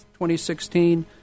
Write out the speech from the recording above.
2016